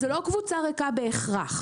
אז זה לא קבוצה ריקה בהכרח.